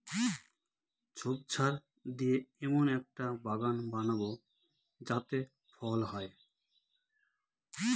ঝোপঝাড় দিয়ে এমন একটা বাগান বানাবো যাতে ফল হয়